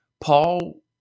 Paul